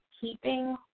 keeping